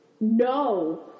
No